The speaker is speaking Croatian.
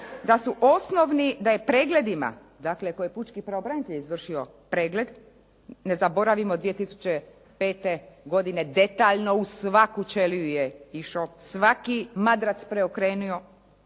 itd. da je pregledima, dakle koje je pučki pravobranitelj izvršio pregled. Ne zaboravimo 2005. godine detaljno u svaku ćeliju je išao, svaki madrac preokrenuo,